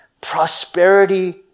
prosperity